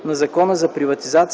на Закона за приватизация